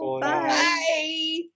Bye